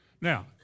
Now